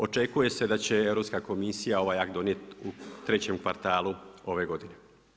Očekuje se da će Europska komisija ovaj akt donijeti u trećem kvartalu ove godine.